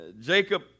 Jacob